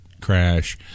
crash